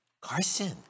Carson